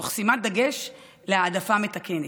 תוך שימת דגש על העדפה מתקנת.